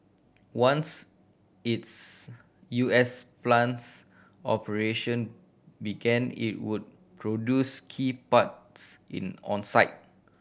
once its U S plant's operation began it would produce key parts in on site